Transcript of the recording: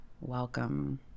welcome